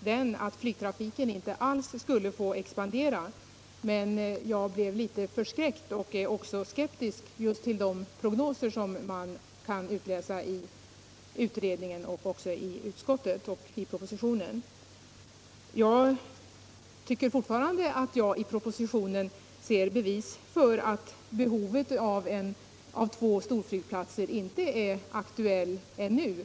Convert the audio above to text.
den att flygtrafiken inte alls skulle få expandera, men jag blev litet förskräckt och också skeptisk när jag läste de prognoser som finns med i utredningen och även i propositionen och i utskottsbetänkandet. Jag tycker fortfarande att jag i propositionen ser bevis för att behovet av två storflygplatser inte är aktuellt ännu.